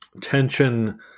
tension